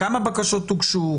כמה בקשות הוגשו.